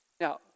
Now